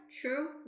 true